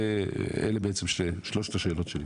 אלה בעצם שלושת השאלות שלי.